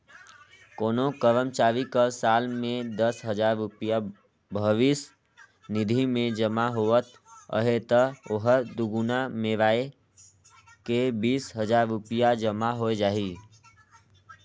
कोनो करमचारी कर साल में दस हजार रूपिया भविस निधि में जमा होवत अहे ता ओहर दुगुना मेराए के बीस हजार रूपिया जमा होए जाही